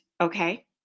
okay